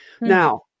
Now